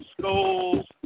schools